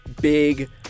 big